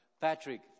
Patrick